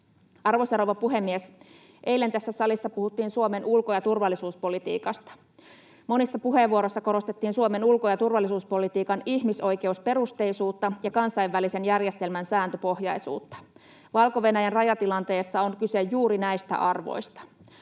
Arvoisa rouva puhemies! Eilen tässä salissa puhuttiin Suomen ulko- ja turvallisuuspolitiikasta. Monissa puheenvuoroissa korostettiin Suomen ulko- ja turvallisuuspolitiikan ihmisoikeusperusteisuutta ja kansainvälisen järjestelmän sääntöpohjaisuutta. Valko-Venäjän rajatilanteessa on kyse juuri näistä arvoista.